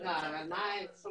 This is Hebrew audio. אין אמירות לגבי השאלות האלה,